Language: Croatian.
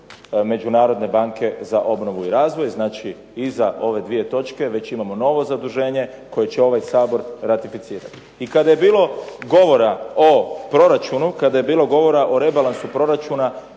Međunarodne banke za obnovu i razvoj. Znači i za ove dvije točke već imamo nove zaduženje koje će ovaj Sabor ratificirati. I kada je bilo govora o proračunu, kada je bilo govora o rebalansu proračuna